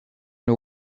nhw